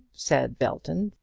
said belton,